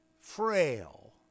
frail